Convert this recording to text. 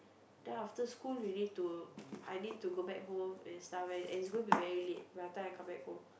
then after school we need to I need to go back home and stuff and it's going to be very late by the time I come back home